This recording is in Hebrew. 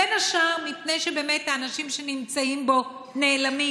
בין השאר מפני שבאמת האנשים שנמצאים בו נעלמים.